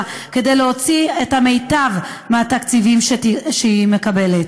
כדי להוציא את המיטב מהתקציבים שהיא מקבלת.